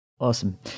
Awesome